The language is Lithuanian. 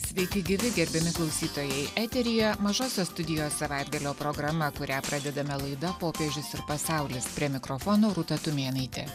sveiki gyvi gerbiami klausytojai eteryje mažosios studijos savaitgalio programa kurią pradedame laida popiežius ir pasaulis prie mikrofono rūta tumėnaitė